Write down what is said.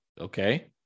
okay